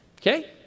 Okay